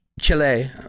Chile